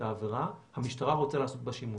העבירה המשטרה רוצה לעשות בה שימוש.